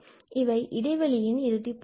இவை இடைவெளியின் இறுதிப் புள்ளிகள்